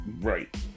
right